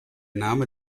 name